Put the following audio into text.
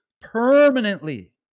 permanently